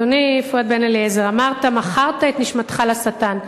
אדוני פואד בן-אליעזר, אמרת: מכרת את נשמתך לשטן.